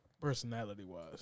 personality-wise